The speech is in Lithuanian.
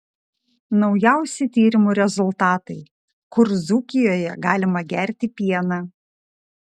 naujausi tyrimų rezultatai kur dzūkijoje galima gerti pieną